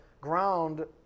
ground